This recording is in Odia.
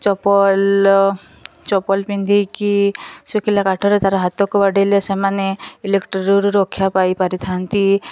ଚପଲ ଚପଲ ପିନ୍ଧିକି ଶୁଖିଲା କାଠରେ ତା ହାତକୁ ବାଡ଼େଇଲେ ସେମାନେ ଇଲେକ୍ଟ୍ରିରୁ ରକ୍ଷା ପାଇପାରିଥାନ୍ତି